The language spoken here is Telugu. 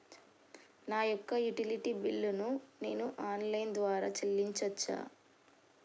నా యొక్క యుటిలిటీ బిల్లు ను నేను ఆన్ లైన్ ద్వారా చెల్లించొచ్చా?